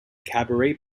cabaret